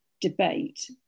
debate